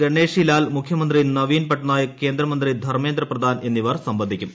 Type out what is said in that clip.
ഗണേഷി ലാൽ മുഖ്യമന്ത്രി നവീൻ പട്നായിക് കേന്ദ്രമന്ത്രി ധർമ്മേന്ദ്ര പ്രധാൻ എന്നിവർ സംബന്ധിക്കും